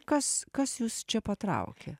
kas kas jus čia patraukė